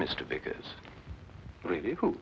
mr because really who